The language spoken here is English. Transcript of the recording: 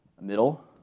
middle